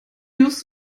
use